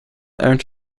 earned